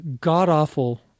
god-awful